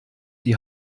die